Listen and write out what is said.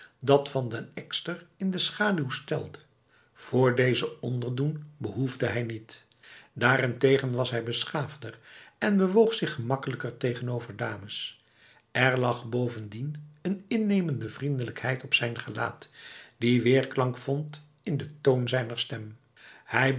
dat van den ekster in de schaduw stelde voor deze onderdoen behoefde hij niet daarentegen was hij beschaafder en bewoog hij zich gemakkelijker tegenover dames er lag bovendien een innemende vriendelijkheid op zijn gelaat die weerklank vond in de toon zijner stem